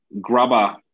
grubber